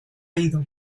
ido